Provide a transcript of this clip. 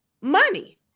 money